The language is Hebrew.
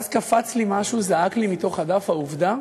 ואז קפץ לי משהו, זעק לי, מתוך הדף, העובדה